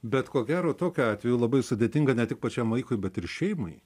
bet ko gero tokiu atveju labai sudėtinga ne tik pačiam vaikui bet ir šeimai